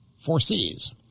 foresees